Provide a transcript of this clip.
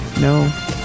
no